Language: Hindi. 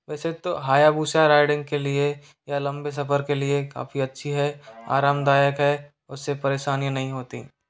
वैसे तो हायाबुसा रायडिंग के लिए या लम्बे सफ़र के लिए काफ़ी अच्छी है आरामदायक है उससे परेशानी नहीं होती